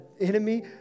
enemy